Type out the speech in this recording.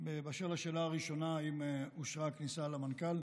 באשר לשאלה הראשונה, אם אושרה הכניסה למנכ"ל,